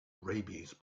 rabies